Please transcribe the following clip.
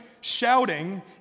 shouting